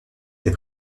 les